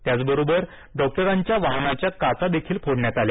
त्याचबरोबर डॉक्टरांच्या वाहनांच्या काचा देखील फोडण्यात आल्या